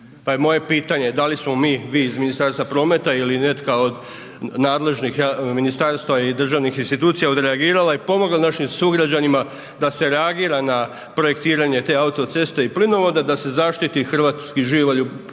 moje pitanje da li smo mi, vi iz Ministarstva prometa ili netko od nadležnih ministarstva i državnih institucija odreagirala i pomogla našim sugrađanima da se reagira na projektiranje te autoceste i plinovoda, da se zaštiti hrvatski živalj u